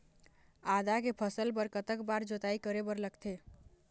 आदा के फसल बर कतक बार जोताई करे बर लगथे?